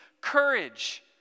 courage